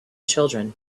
children